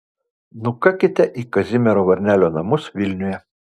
nukakite į kazimiero varnelio namus vilniuje